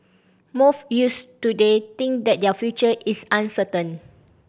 most youths today think that their future is uncertain